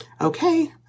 Okay